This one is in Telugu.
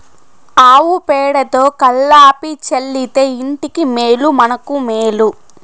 ఆవు పేడతో కళ్లాపి చల్లితే ఇంటికి మేలు మనకు మేలు